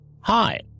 hi